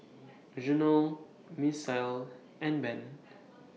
Reginal Misael and Ben